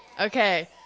Okay